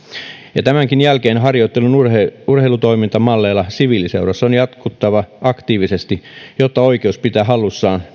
ja tämänkin jälkeen harjoittelun urheilutoimintamalleilla siviiliseurassa on jatkuttava aktiivisesti jotta oikeus pitää hallussaan